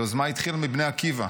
היוזמה התחילה מבני עקיבא,